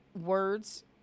words